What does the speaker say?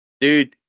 dude